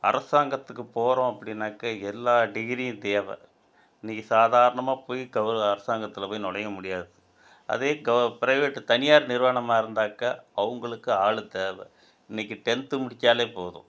அரசாங்கத்துக்கு போகிறோம் அப்படின்னாக்கா எல்லா டிகிரியும் தேவை இன்றைக்கி சாதாரணமாக போய் கவர் அரசாங்கத்தில் போய் நுழைய முடியாது அதே க ப்ரைவேட்டு தனியார் நிறுவனமாக இருந்தாக்கா அவங்களுக்கு ஆள் தேவை இன்றைக்கி டென்த்து முடித்தாலே போதும்